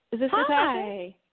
Hi